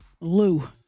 Lou